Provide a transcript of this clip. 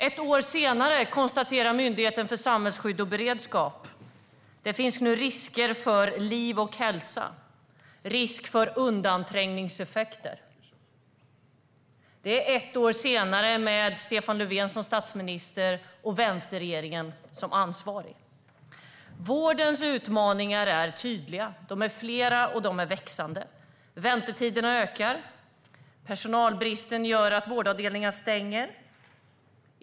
Ett år senare konstaterar Myndigheten för samhällsskydd och beredskap: Det finns nu risk för liv och hälsa, risk för undanträngningseffekter. Det konstateras efter ett år med Stefan Löfven som statsminister och med vänsterregeringen som ansvarig. Vårdens utmaningar är tydliga. De är flera, och de är växande. Väntetiderna ökar, personalbristen gör att vårdavdelningar stänger.